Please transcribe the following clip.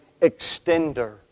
extender